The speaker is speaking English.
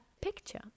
picture